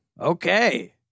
okay